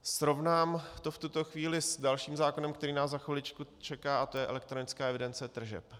Srovnám to v tuto chvíli s dalším zákonem, který nás za chviličku čeká, a to je elektronická evidence tržeb.